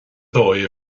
dóigh